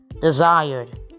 desired